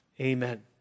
Amen